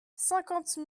cinquante